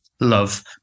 Love